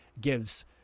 gives